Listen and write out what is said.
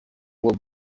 will